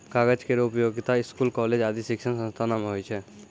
कागज केरो उपयोगिता स्कूल, कॉलेज आदि शिक्षण संस्थानों म होय छै